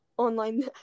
online